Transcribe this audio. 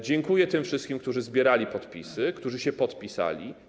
Dziękuję tym wszystkim, którzy zbierali podpisy, którzy się podpisali.